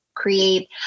create